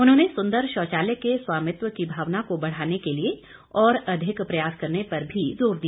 उन्होंने सुंदर शौचालय के स्वामित्व की भावना को बढ़ाने के लिए और अधिक प्रयास करने पर भी जोर दिया